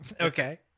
Okay